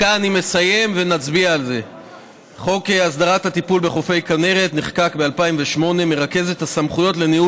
יציג את הצעת החוק יושב-ראש ועדת הפנים והגנת